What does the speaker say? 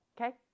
Okay